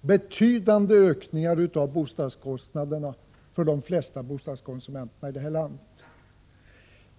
betydande ökningar av bostadskostnaderna för de flesta bostadskonsumenterna i det här landet.